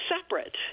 separate